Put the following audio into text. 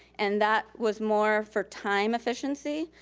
and that was more for time efficiency.